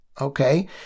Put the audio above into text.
okay